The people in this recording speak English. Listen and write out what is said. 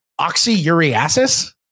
Oxyuriasis